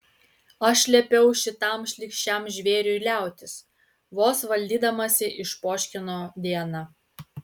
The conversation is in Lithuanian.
aš liepiau šitam šlykščiam žvėriui liautis vos valdydamasi išpoškino diana